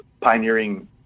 pioneering